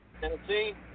Tennessee